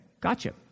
gotcha